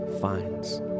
finds